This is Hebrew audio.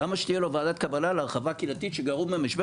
למה שתהיה לו ועדת קבלה להרחבה קהילתית --- במשבצת?